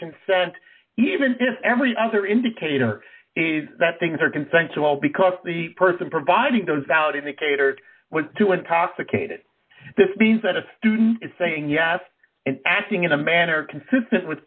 consent even if every other indicator is that things are consensual because the person providing those out in the catered to intoxicated this being said a student is saying yes and acting in a